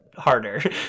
Harder